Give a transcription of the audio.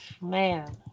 Man